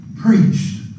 preached